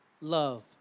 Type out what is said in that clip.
Love